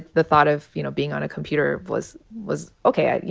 the thought of, you know, being on a computer was was ok. you